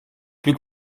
plus